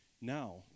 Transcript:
Now